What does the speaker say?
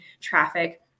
traffic